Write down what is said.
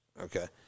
okay